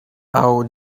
our